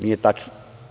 Nije tačno.